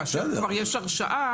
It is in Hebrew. כאשר כבר יש הרשעה,